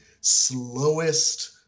slowest